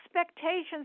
expectations